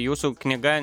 jūsų knyga